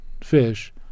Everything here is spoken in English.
fish